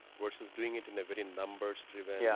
versus doing it in a very numbers-driven, yeah